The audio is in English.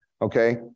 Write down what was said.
okay